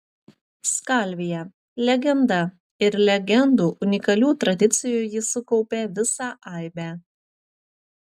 skalvija legenda ir legendų unikalių tradicijų ji sukaupė visą aibę